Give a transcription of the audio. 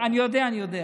אני יודע,